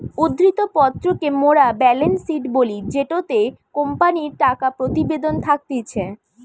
উদ্ধৃত্ত পত্র কে মোরা বেলেন্স শিট বলি জেটোতে কোম্পানির টাকা প্রতিবেদন থাকতিছে